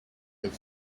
get